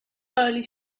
early